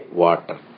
water